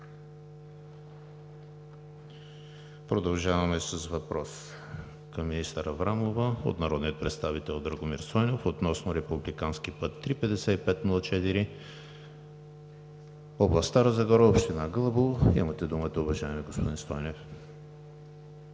Продължаваме с въпрос към министър Аврамова от народния представител Драгомир Стойнев относно републикански път ІІІ-5504, област Стара Загора, община Гълъбово. Имате думата, уважаеми господин Стойнев.